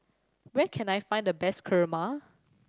where can I find the best Kurma